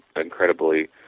incredibly